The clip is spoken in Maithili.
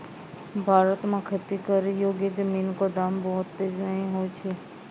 भारत मॅ खेती करै योग्य जमीन कॅ दाम ज्यादा नय छै